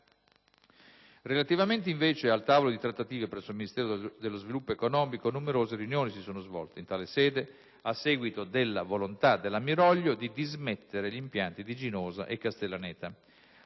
Relativamente, invece, al tavolo di trattative presso il Ministero dello sviluppo economico, numerose riunioni si sono svolte in tale sede, a seguito della volontà della Miroglio di dismettere gli impianti di Ginosa e Castellaneta.